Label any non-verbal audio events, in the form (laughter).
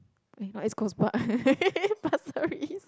eh not East-Coast-Park (laughs) Pasir-Ris